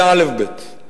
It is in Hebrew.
זה אלף-בית.